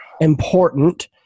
important